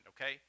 okay